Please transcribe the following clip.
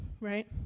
right